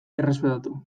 errespetatu